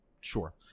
Sure